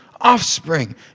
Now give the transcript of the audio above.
offspring